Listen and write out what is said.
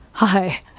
Hi